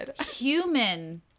human